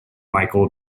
michael